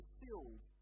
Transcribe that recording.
filled